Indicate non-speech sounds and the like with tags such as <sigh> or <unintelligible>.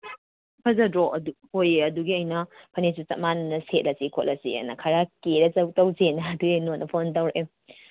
ꯐꯖꯗ꯭ꯔꯣ ꯑꯗꯨ ꯑꯣꯏꯋꯦ ꯑꯗꯨꯒꯤ ꯑꯩꯅ ꯐꯅꯦꯛꯁꯨ ꯆꯞ ꯃꯥꯟꯅꯅ ꯁꯦꯠꯂꯁꯤ ꯈꯣꯠꯂꯁꯤ ꯑꯅ ꯈꯔ ꯀꯦꯔꯥ <unintelligible> ꯇꯧꯁꯦꯅ ꯑꯗꯨꯒꯤ ꯅꯉꯣꯟꯗ ꯐꯣꯟ ꯇꯧꯔꯛꯏꯃꯤ